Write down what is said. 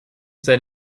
sein